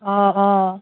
অঁ অঁ